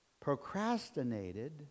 procrastinated